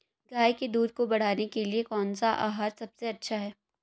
गाय के दूध को बढ़ाने के लिए कौनसा आहार सबसे अच्छा है?